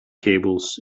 cables